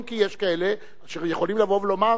אם כי יש כאלה אשר יכולים לבוא ולומר: